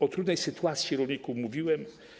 O trudnej sytuacji rolników mówiłem.